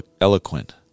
eloquent